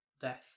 death